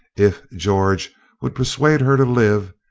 if george would persuade her to live,